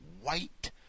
white